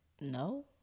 No